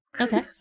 Okay